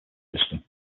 system